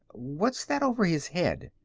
what's that over his head?